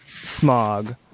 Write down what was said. Smog